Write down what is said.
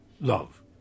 love